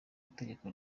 itegeko